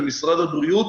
למשרד הבריאות.